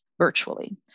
virtually